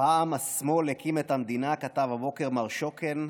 פעם השמאל הקים את המדינה, כתב הבוקר מר שוקן,